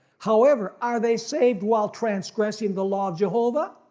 however are they saved while transgressing the law of jehovah?